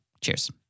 Cheers